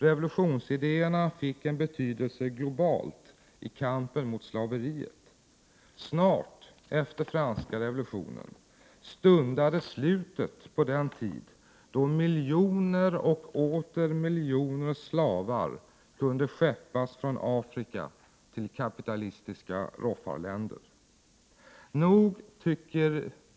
Revolutionsidéerna fick en betydelse globalt i kampen mot slaveriet. Kort efter franska revolutionen stundade slutet på den tid då miljoner och åter miljoner slavar skeppades från Afrika till kapitalistiska roffarländer.